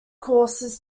courses